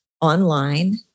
Online